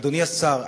אדוני השר,